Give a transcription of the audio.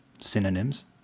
synonyms